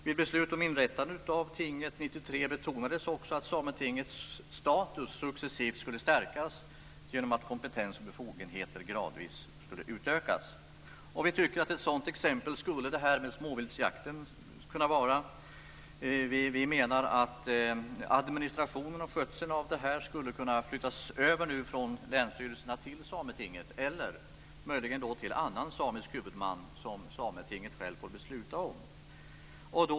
Vid beslut om att inrätta tinget betonades också att Sametingets status successivt skulle stärkas genom att kompetens och befogenheter gradvis skulle utökas. Vi tycker att ett exempel på det skulle småviltsjakten kunna vara. Administrationen och skötseln skulle kunna överflyttas från länsstyrelserna till Sametinget eller möjligen till annan samisk huvudman som Sametinget får besluta om.